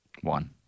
One